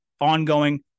ongoing